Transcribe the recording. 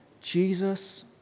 Jesus